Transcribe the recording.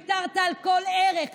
הם יודעים שוויתרת על כל ערך,